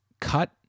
cut